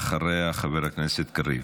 ואחריה, חבר הכנסת קריב.